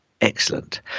Excellent